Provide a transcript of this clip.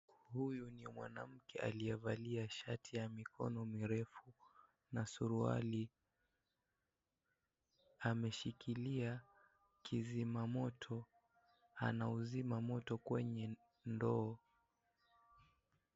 Huyu ni mwanamke aliyevalia shati ya mikono mirefu na suruali. Ameshikilia kizima moto, anauzima moto kwenye ndoo.